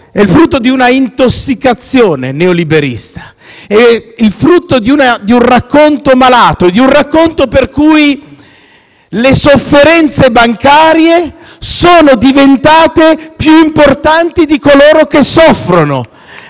è il frutto di una intossicazione neoliberista; è il frutto di un racconto malato, di un racconto per cui le sofferenze bancarie sono diventate più importanti di coloro che soffrono.